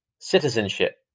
Citizenship